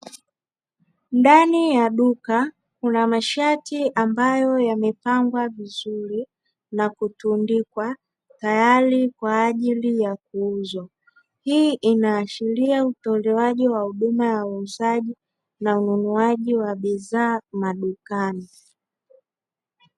Ndani ya duka kuna mashati mabayo yamepangwa vizuri na kutundikwa, tayari kwa ajili ya kuuzwa. Hii inaashiria utolewaji wa huduma ya uuzaji na ununuaji wa bidhaa madukani.